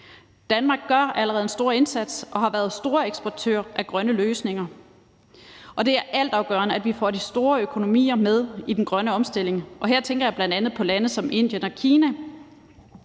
Danmark gør allerede en stor indsats og har været en storeksportør af grønne løsninger, og det er altafgørende, at vi får de store økonomier med i den grønne omstilling, og her tænker jeg bl.a. på lande som Indien og Kina.